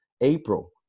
April